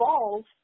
balls